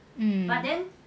mm